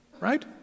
Right